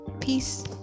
Peace